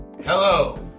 Hello